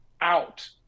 out